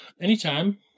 Anytime